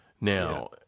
Now